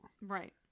Right